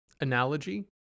analogy